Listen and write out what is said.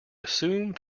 assume